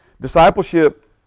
discipleship